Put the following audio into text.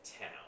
town